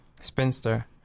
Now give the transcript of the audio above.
Spinster